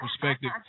perspective